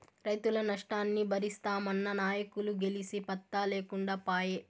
రైతుల నష్టాన్ని బరిస్తామన్న నాయకులు గెలిసి పత్తా లేకుండా పాయే